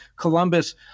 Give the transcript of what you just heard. Columbus